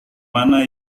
mana